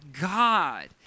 God